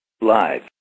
live